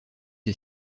est